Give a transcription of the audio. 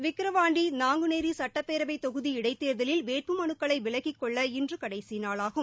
விக்ரவாண்டி நாங்குநேரி சுட்டப்பேரவைத் தொகுதி இடைத்தேர்தலில் வேட்புமனுக்க்ளை விலக்கிக் கொள்ள இன்று கடைசி நாளாகும்